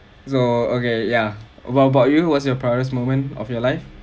so okay ya what about you what's your proudest moment of your life